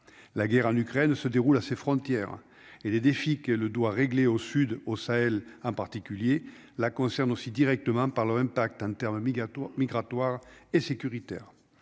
la guerre en Ukraine se déroule à ses frontières et les défis qu'elle doit régler au sud au Sahel, en particulier la concerne aussi directement par le impact interne obligatoire migratoire et sécuritaire,